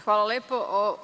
Hvala lepo.